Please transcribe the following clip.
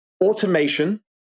Automation